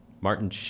Martin